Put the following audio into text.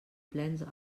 plens